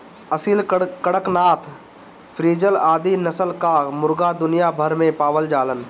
Aseel, Kadaknath, frizzle आदि नस्ल कअ मुर्गा दुनिया भर में पावल जालन